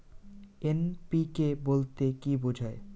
NPK বলতে কী বোঝায়?